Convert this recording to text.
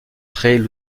forêt